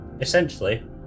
essentially